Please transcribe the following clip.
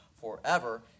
forever